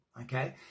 okay